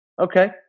Okay